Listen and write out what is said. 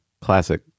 classic